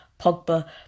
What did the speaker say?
Pogba